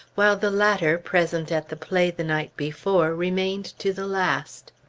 while the latter, present at the play the night before, remained to the last.